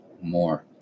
more